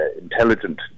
intelligent